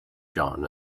john